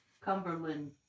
Cumberland